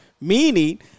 Meaning